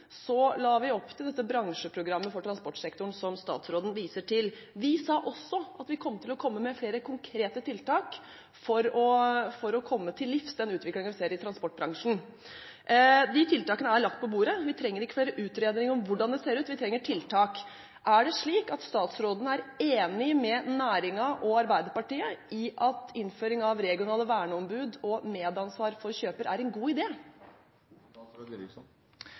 la vi opp til dette bransjeprogrammet for transportsektoren som statsråden viser til. Vi sa også at vi kom til å komme med flere konkrete tiltak for å komme til livs den utviklingen vi ser i transportbransjen. De tiltakene er lagt på bordet. Vi trenger ikke flere utredninger om hvordan det ser ut, vi trenger tiltak. Er det slik at statsråden er enig med næringen og Arbeiderpartiet i at innføring av regionale verneombud og medansvar for kjøper er en god